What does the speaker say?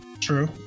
True